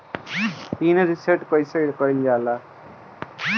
Pin reset कईसे करल जाला?